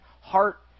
heart